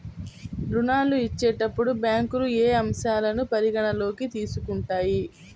ఋణాలు ఇచ్చేటప్పుడు బ్యాంకులు ఏ అంశాలను పరిగణలోకి తీసుకుంటాయి?